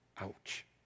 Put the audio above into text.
Ouch